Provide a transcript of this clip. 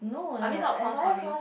I mean not pound sorry